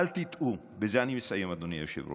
אל תטעו, ובזה אני מסיים, אדוני היושב-ראש,